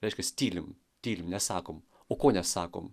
reiškiasi tylim tylim nesakom o ko nesakom